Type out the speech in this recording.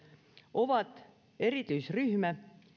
ovat erityisryhmä